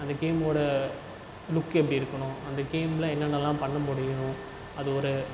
அந்த கேமோடய லுக் எப்படி இருக்கணும் அந்த கேமில் என்னென்னலாம் பண்ணமுடியும் அது ஒரு